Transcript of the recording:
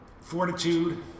fortitude